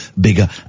bigger